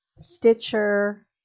Stitcher